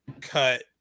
cut